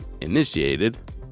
initiated